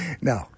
no